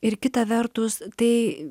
ir kita vertus tai